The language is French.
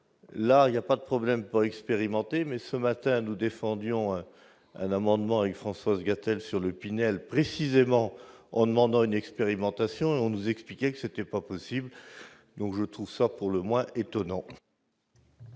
là il y a pas de problème pas expérimenter, mais ce matin, nous défendions l'amendement avec Françoise Hugues a-t-elle sur l'Opinel précisément en demandant une expérimentation, on nous expliquait que c'était pas possible, donc je trouve ça pour le moins étonnant.